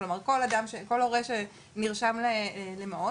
כלומר כל הורה שנרשם למעון,